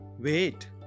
Wait